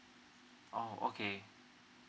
oh okay